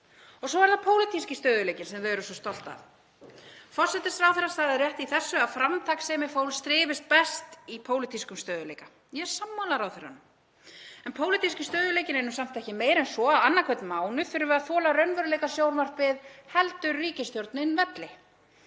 Svo er það pólitíski stöðugleikinn sem við erum svo stolt af. Forsætisráðherra sagði rétt í þessu að framtakssemi fólks þrífist best í pólitískum stöðugleika. Ég er sammála ráðherranum. En pólitíski stöðugleikinn er samt ekki meiri en svo að annan hvern mánuð þurfum við að þola raunveruleikasjónvarpið „Heldur ríkisstjórnin velli?“.